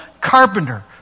carpenter